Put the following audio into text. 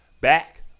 back